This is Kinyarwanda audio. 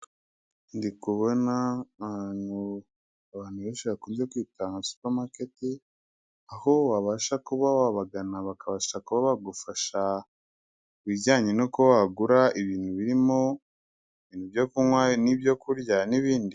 Ndi kubona ahantu abantu benshi bakunze kwita Supermarket, aho wabasha kuba wabagana bakabasha kuba bagufasha ibijyanye no kuba wagura ibintu birimo ibyo kunywa, n'ibyo kurya n'ibindi.